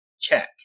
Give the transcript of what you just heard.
check